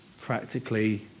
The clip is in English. practically